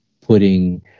putting